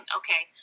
okay